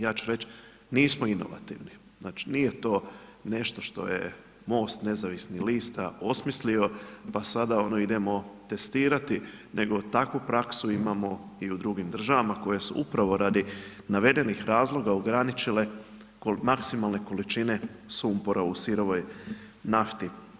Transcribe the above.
Ja ću reć, nismo inovativni, znači, nije to nešto što je MOST nezavisnih lista osmislio, pa sada ono idemo testirati, nego takvu praksu imamo i u drugim državama koje su upravo radi navedenih razloga ograničile maksimalne količine sumpora u sirovoj nafti.